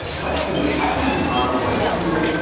let's see if idling your car wastes fuel,